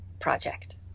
project